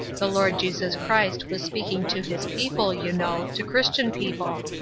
the lord jesus christ was speaking to his people, you know, to christian people.